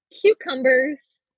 cucumbers